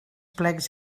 plecs